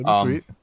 Sweet